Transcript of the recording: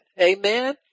Amen